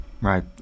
Right